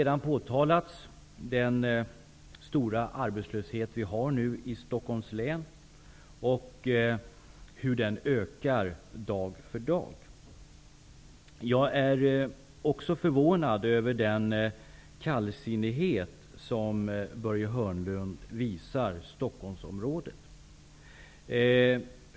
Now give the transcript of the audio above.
Den stora arbetslöshet som vi nu har i Stockholms län har redan påtalats, och hur den ökar dag för dag. Jag är också förvånad över den kallsinnighet som Börje Hörnlund visar Stockholmsområdet.